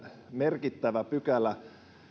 merkittävä pykälä